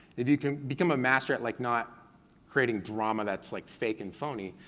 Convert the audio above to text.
if you can become a master at like not creating drama that's like fake and phony,